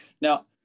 Now